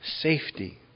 safety